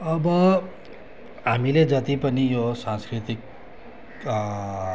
अब हामीले जति पनि यो सांस्कृतिक